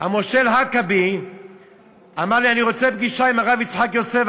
המושל האקבי אמר לי: אני רוצה פגישה עם הרב יצחק יוסף,